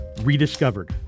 rediscovered